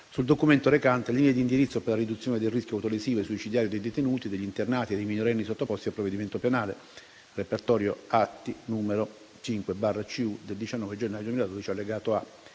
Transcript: sul documento recante "Linee di indirizzo per la riduzione del rischio autolesivo e suicidario dei detenuti, degli internati e dei minorenni sottoposti a provvedimento penale"